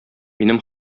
минем